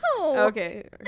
Okay